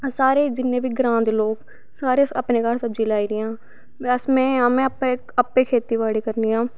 सारे जिन्ने बी ग्रांऽ दे लोग सारें अपने घर सब्जियां लाई दियां बस में में आपें खेत्ती बाड़ी करनी आं